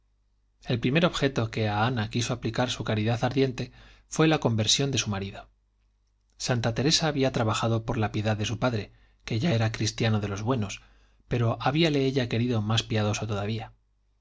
el primer objeto a que ana quiso aplicar su caridad ardiente fue la conversión de su marido santa teresa había trabajado por la piedad de su padre que ya era cristiano de los buenos pero habíale ella querido más piadoso todavía